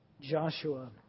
Joshua